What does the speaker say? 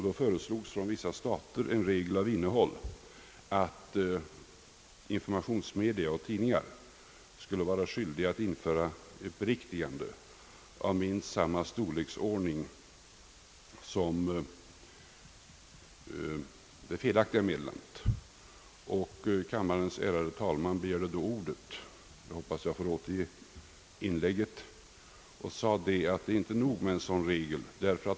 Då föreslogs från vissa stater en regel av innehåll att informationsmedia och tidningar skulle vara skyldiga att införa ett beriktigande av minst samma storleksordning som det felaktiga meddelandet. Kammarens ärade talman begärde då ordet — jag hoppas att jag får återge hans inlägg — och framhöll att det inte är nog med en sådan regel.